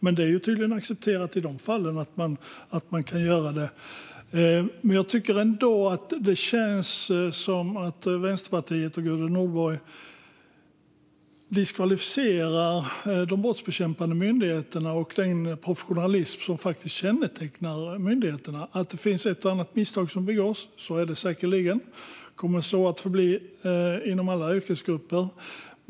Men det är tydligen accepterat i de fallen. Det känns som att Vänsterpartiet och Gudrun Nordborg diskvalificerar de brottsbekämpande myndigheterna och den professionalism som kännetecknar dem. Ett och annat misstag begås säkerligen, och kommer att så förbli inom alla yrkesgrupper.